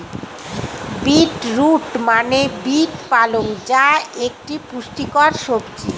beet root মানে beet পালং যা একটি পুষ্টিকর সবজি